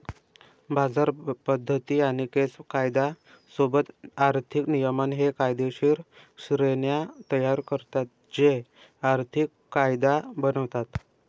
बाजार पद्धती आणि केस कायदा सोबत आर्थिक नियमन हे कायदेशीर श्रेण्या तयार करतात जे आर्थिक कायदा बनवतात